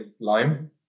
lime